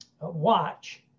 watch